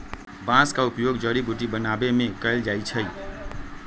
बांस का उपयोग जड़ी बुट्टी बनाबे में कएल जाइ छइ